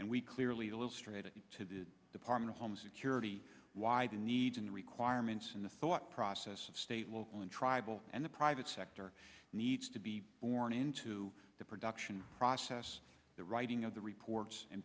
and we clearly illustrated to the department of homeland security why the needs and requirements and the thought process of state local and tribal and the private sector needs to be born into the production process the writing of the reports and